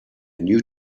new